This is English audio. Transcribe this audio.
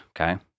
Okay